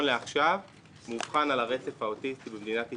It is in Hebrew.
לעכשיו מאובחן על הרצף האוטיסטי במדינת ישראל.